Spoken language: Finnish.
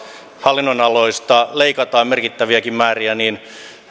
hallinnonaloista leikataan merkittäviäkin määriä niin tämä